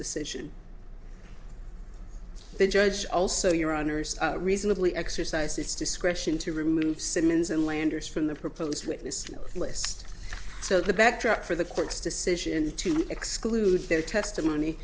decision the judge also your honor reasonably exercised its discretion to remove simmons and landers from the proposed witness list so the backdrop for the court's decision to exclude their testimony